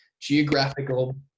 geographical